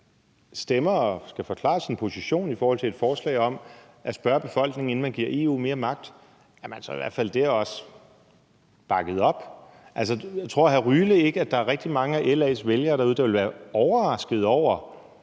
stemmer og skal forklare sin position i forhold til et forslag om at spørge befolkningen, inden man giver EU mere magt, så i hvert fald der også bakkede op om det? Altså, tror hr. Alexander Ryle ikke, at der er rigtig mange af LA's vælgere derude, der ville være overraskede over